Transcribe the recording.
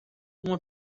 uma